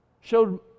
showed